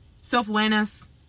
self-awareness